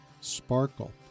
sparkle